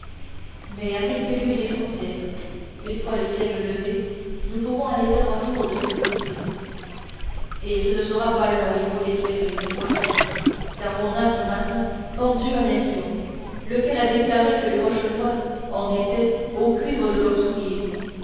mais à quelques lieues des frontières une fois le siège levé nous pourrons aller faire un tour de ce côté et ce ne sera pas long il faut l'espérer dit porthos car on a ce matin pendu un espion lequel a déclaré que les rochelois en étaient aux cuirs de leurs souliers